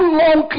long